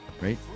Right